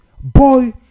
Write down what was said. boy